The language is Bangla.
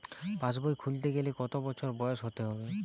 পাশবই খুলতে গেলে কত বছর বয়স হতে হবে?